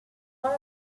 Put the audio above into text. one